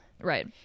Right